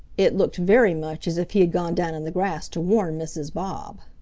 it looked very much as if he had gone down in the grass to warn mrs. bob.